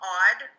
odd